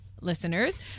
Listeners